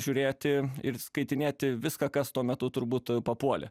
žiūrėti ir skaitinėti viską kas tuo metu turbūt papuolė